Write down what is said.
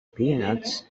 peanuts